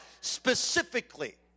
Specifically